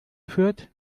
fürth